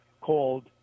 called